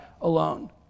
alone